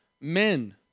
men